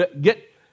get